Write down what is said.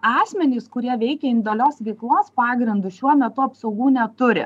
asmenys kurie veikia individualios veiklos pagrindu šiuo metu apsaugų neturi